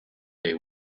they